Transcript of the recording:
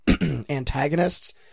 antagonists